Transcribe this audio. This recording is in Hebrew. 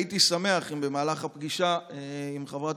הייתי שמח אם במהלך הפגישה עם חברת